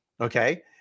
Okay